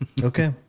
Okay